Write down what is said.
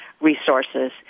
resources